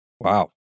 Wow